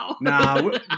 Nah